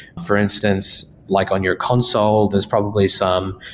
for instance, like on your console. there's probably some,